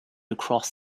across